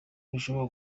bishobora